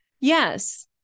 Yes